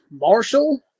Marshall